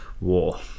war